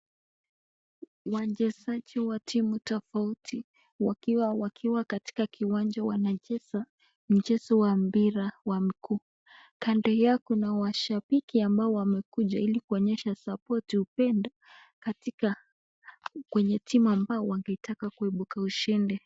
Wachezaji wa timu tofauti, wakiwa wakiwa katika kiwanja wanacheza mchezo wa mpira wa mguu. Kando yao kuna washabiki ambao wamekuja ili kuonyesha (cs)support(cs) upendo katika kwenye timu ambao wangetaka kuibuka ushindi.